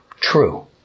True